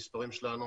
המספרים שלנו